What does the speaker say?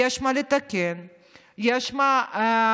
יש מה לתקן, יש מה לשנות,